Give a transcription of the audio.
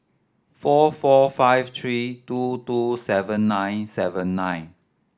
four four five three two two seven nine seven nine